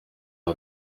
aho